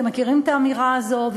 אתם מכירים את האמירה הזו,